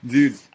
Dude